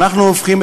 מה שאנחנו עושים,